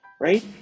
right